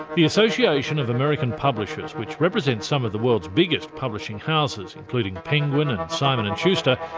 the association of american publishers, which represents some of the world's biggest publishing houses, including penguin and simon and schuster,